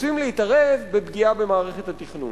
רוצים להתערב בפגיעה במערכת התכנון.